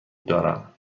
دارم